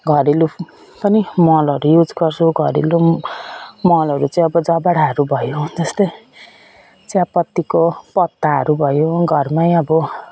घरेलु पनि मलहरू युज गर्छु घरेलु मलहरू चाहिँ अब जबडाहरू भयो त्यस्तै चियापत्तीको पत्ताहरू भयो घरमै अब